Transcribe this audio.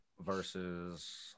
versus